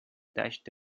دشت